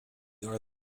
are